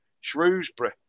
Shrewsbury